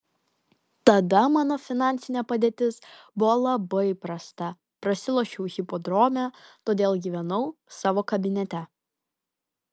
tada mano finansinė padėtis buvo labai prasta prasilošiau hipodrome todėl gyvenau savo kabinete